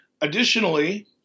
additionally